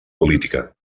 política